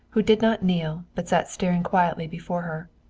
who did not kneel, but sat staring quietly before her.